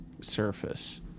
surface